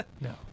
No